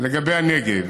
לגבי הנגב,